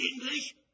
English